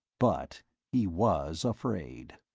but he was afraid.